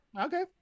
Okay